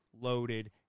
loaded